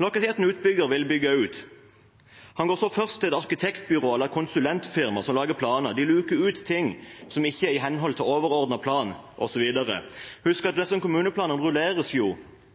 La oss si at en utbygger vil bygge ut. Han går først til et arkitektbyrå eller et konsulentfirma som lager planer. De luker ut ting som ikke er i henhold til overordnet plan osv. Husk at disse kommuneplanene rulleres